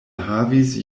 havis